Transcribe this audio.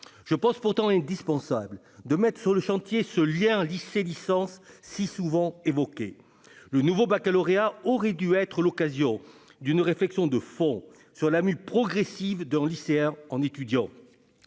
me semble pourtant indispensable de mettre en chantier ce lien lycée-licence, si souvent évoqué. Le nouveau baccalauréat aurait dû être l'occasion d'une réflexion de fond sur la mue progressive d'un lycéen en étudiant.